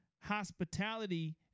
hospitality